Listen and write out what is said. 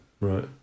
right